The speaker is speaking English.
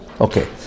Okay